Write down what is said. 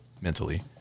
mentally